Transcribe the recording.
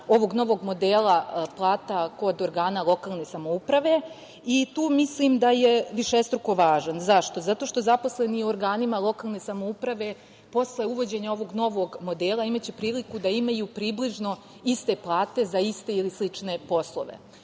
ovog novog modela plata kod organa lokalne samouprave i tu mislim da je višestruko važan. Zašto? Zato što zaposleni u organima lokalne samouprave posle uvođenja ovog novog modela imaće priliku da imaju približno iste plate za iste ili slične poslove.